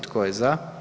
Tko je za?